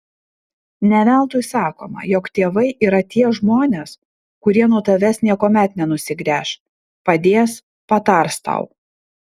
ne veltui sakoma jog tėvai yra tie žmonės kurie nuo tavęs niekuomet nenusigręš padės patars tau